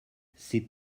c’est